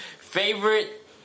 favorite